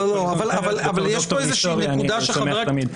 בתור ד"ר להיסטוריה, אני שמח תמיד.